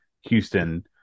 Houston